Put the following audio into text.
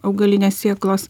augalinės sėklos